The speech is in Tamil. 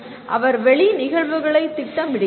அவர் வெளி நிகழ்வுகளைத் திட்டமிடுகிறார்